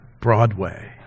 Broadway